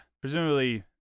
Presumably